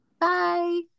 bye